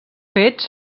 fets